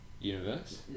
universe